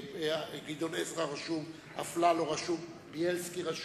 גדעון עזרא רשום, אפללו רשום, בילסקי רשום.